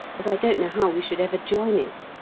as i don't know how we should ever join it.